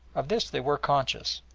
of this they were conscious,